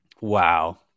wow